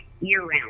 year-round